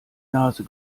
nase